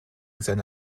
seine